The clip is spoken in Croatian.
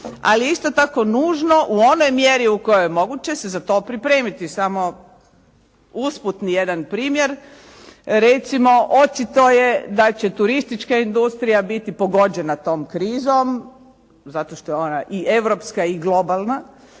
ali je isto tako nužno u onoj mjeri u kojoj je moguće se za to pripremiti. Samo usputni jedan primjer. Recimo očito je da će turistička industrija biti pogođena tom krizom zato što je ona i europska i globalna